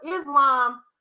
Islam